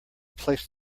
placed